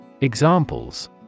Examples